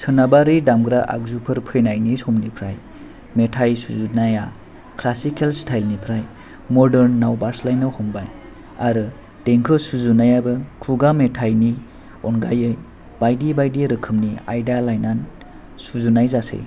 सोनाबारि दामग्रा आगजुफोर फैनायनि समनिफ्राय मेथाइ सुजुनाया क्लासिकेल स्टाइलनिफ्राय मर्दानआव बारस्लायनो हमबाय आरो देंखो सुजुनायाबो खुगा मेथाइनि अनगायै बायदि बायदि रोखोमनि आयदा लायनानै सुजुनाय जासै